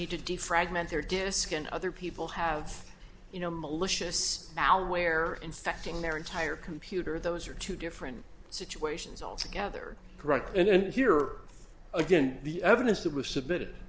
and other people have you know malicious malware infecting their entire computer those are two different situations altogether correct and here again the evidence that was submitted